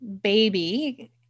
baby